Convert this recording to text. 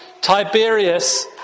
Tiberius